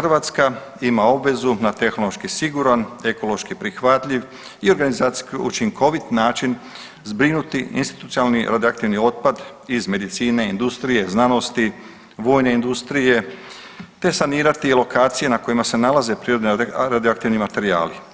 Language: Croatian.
RH ima obvezu na tehnološki siguran, ekološki prihvatljiv i organizacijski učinkovit način zbrinuti institucionalni radioaktivni otpad iz medicine, industrije, znanosti, vojne industrije te sanirati lokacije na kojima se nalaze prirodni radioaktivni materijali.